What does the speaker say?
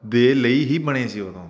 ਦੇ ਲਈ ਹੀ ਬਣੇ ਸੀ ਉਦੋਂ